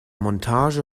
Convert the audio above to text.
montage